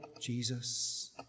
Jesus